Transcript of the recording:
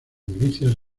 milicias